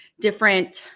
different